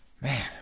man